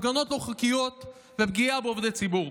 הפגנות לא חוקיות ופגיעה בעובדי ציבור.